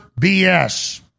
BS